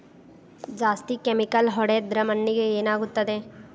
ಜಾಸ್ತಿ ಕೆಮಿಕಲ್ ಹೊಡೆದ್ರ ಮಣ್ಣಿಗೆ ಏನಾಗುತ್ತದೆ?